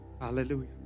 Hallelujah